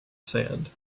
sand